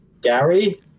Gary